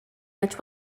which